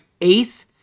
eighth